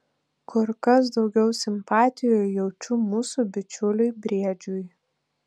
kur kas daugiau simpatijų jaučiu mūsų bičiuliui briedžiui